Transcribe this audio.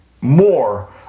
more